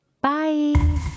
Bye